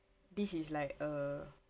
this is like err